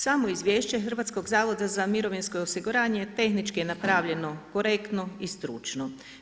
Samo izvješće Hrvatskog zavoda za mirovinsko osiguranje tehnički je napravljeno korektno i stručno.